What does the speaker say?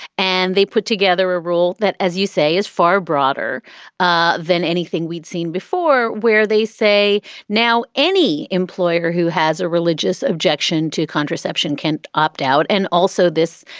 and they put together a rule that, as you say, is far broader ah than anything we'd seen before, where they say now any employer who has a religious objection to contraception can't opt out. and also this,